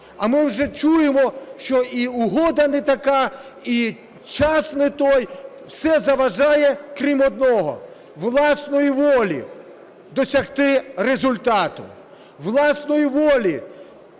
А ми вже чуємо, що і угода не така, і час не той. Все заважає, крім одного – власної волі досягти результату, власної волі